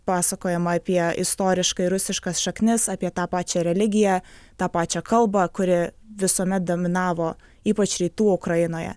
pasakojama apie istoriškai rusiškas šaknis apie tą pačią religiją tą pačią kalbą kuri visuomet dominavo ypač rytų ukrainoje